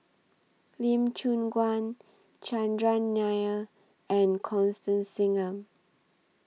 Lee Choon Guan Chandran Nair and Constance Singam